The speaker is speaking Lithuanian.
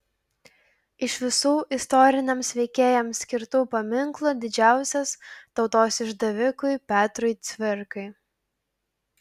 iš visų istoriniams veikėjams skirtų paminklų didžiausias tautos išdavikui petrui cvirkai